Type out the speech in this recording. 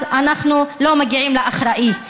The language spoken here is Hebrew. אז אנחנו לא מגיעים לאחראי.